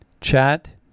Chat